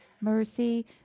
mercy